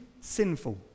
sinful